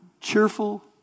cheerful